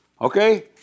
okay